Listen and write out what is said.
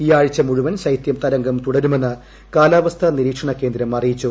ഈ ആഴ്ച മുഴുവൻ ശൈത്യ തരംഗം തുടരുമെന്ന് കാലാവസ്ഥാ നിരീക്ഷണ കേന്ദ്രം അറിയിച്ചു